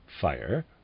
fire